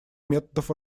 методов